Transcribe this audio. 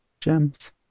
gems